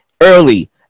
early